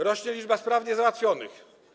Rośnie liczba spraw niezałatwionych.